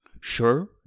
Sure